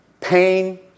pain